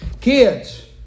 Kids